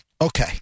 Okay